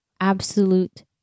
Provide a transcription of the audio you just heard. absolute